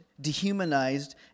dehumanized